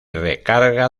recarga